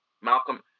Malcolm